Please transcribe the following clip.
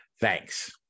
Thanks